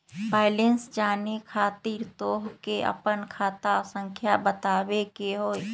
Balance जाने खातिर तोह के आपन खाता संख्या बतावे के होइ?